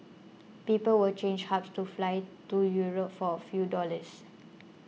people will change hubs to fly to Europe for a few dollars